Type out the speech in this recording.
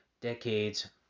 decades